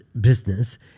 business